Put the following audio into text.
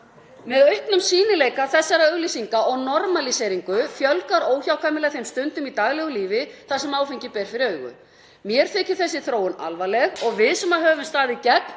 Með auknum sýnileika þessara auglýsinga og normalíseringu fjölgar óhjákvæmilega þeim stundum í daglegu lífi þar sem áfengi ber fyrir augu. Mér þykir þessi þróun alvarleg og við sem höfum staðið gegn